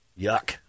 yuck